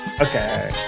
Okay